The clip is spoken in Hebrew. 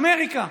אמריקה.